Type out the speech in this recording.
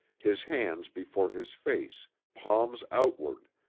his hands before his face, palms outward,